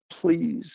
please